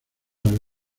las